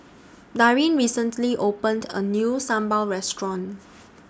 Darin recently opened A New Sambal Restaurant